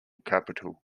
capital